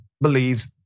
believes